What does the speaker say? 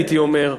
הייתי אומר,